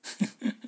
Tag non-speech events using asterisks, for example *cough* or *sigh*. *laughs*